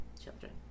children